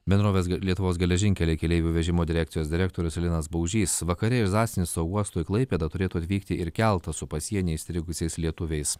bendrovės lietuvos geležinkeliai keleivių vežimo direkcijos direktorius linas baužys vakare iš zasnico uosto į klaipėdą turėtų atvykti ir keltas su pasieny įstrigusiais lietuviais